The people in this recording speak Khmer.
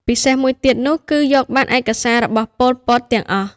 ពិសេសមួយទៀតនោះគឺយកបានឯកសាររបស់ពួកប៉ុលពតទាំងអស់។